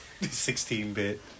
16-bit